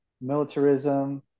militarism